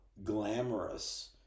glamorous